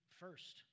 first